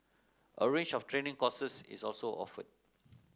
a range of training courses is also offered